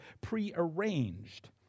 prearranged